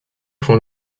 font